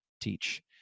teach